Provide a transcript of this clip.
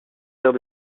vers